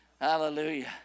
hallelujah